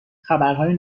خبرهای